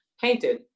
painted